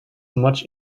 much